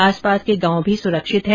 आसपास के गांव भी सुरक्षित हैं